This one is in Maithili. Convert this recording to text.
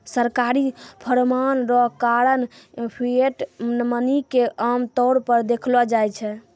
सरकारी फरमान रो कारण फिएट मनी के आमतौर पर देखलो जाय छै